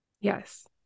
Yes